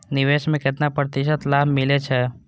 निवेश में केतना प्रतिशत लाभ मिले छै?